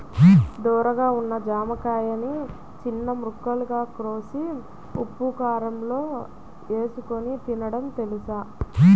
ధోరగా ఉన్న జామకాయని చిన్న ముక్కలుగా కోసి ఉప్పుకారంలో ఏసుకొని తినడం తెలుసా?